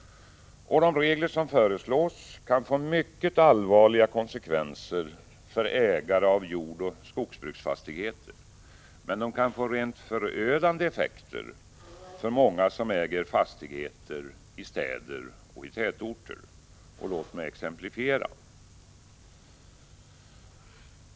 De regler som föreslås kan få mycket allvarliga konsekvenser för ägare av jordoch skogsbruksfastigheter, men de kan få rent förödande effekter för många som äger fastigheter i städer och i tätorter. Låg mig exemplifiera.